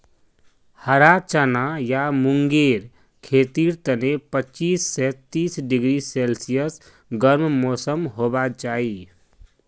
हरा चना या मूंगेर खेतीर तने पच्चीस स तीस डिग्री सेल्सियस गर्म मौसम होबा चाई